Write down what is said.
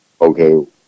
okay